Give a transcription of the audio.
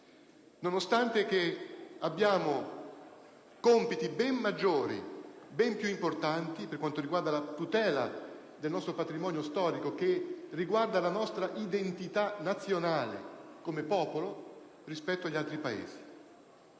nonostante abbiamo compiti ben maggiori e più importanti circa la tutela del nostro patrimonio storico, che riguarda la nostra identità nazionale come popolo, rispetto agli altri Paesi.